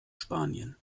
spanien